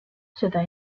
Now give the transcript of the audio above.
seda